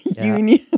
union